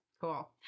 cool